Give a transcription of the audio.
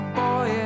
boy